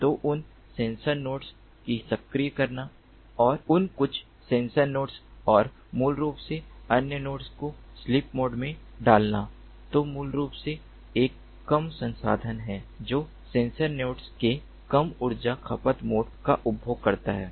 तो उन sensor nodes को सक्रिय करना और उन कुछ सेंसर नोड्स और मूल रूप से अन्य नोड्स को स्लीप मोड में डालना जो मूल रूप से एक कम संसाधन है जो सेंसर नोड्स के कम ऊर्जा खपत मोड का उपभोग करता है